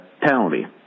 penalty